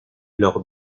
lors